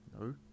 No